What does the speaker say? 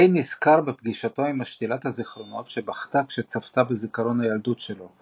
קיי נזכר בפגישתו עם משתילת הזיכרונות שבכתה כשצפתה בזיכרון הילדות שלו,